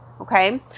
Okay